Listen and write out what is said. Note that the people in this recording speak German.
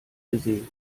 gesehen